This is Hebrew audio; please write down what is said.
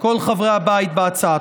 כל חברי הבית בהצעה.